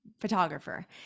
photographer